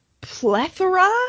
plethora